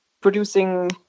producing